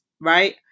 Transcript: right